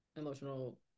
emotional